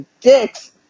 dicks